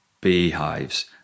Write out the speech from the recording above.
beehives